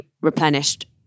replenished